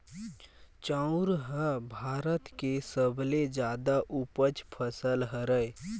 चाँउर ह भारत के सबले जादा उपज फसल हरय